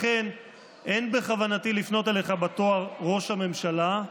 לכן אין בכוונתי לפנות אליך בתואר "ראש הממשלה",